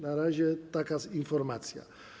Na razie taka informacja.